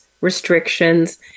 restrictions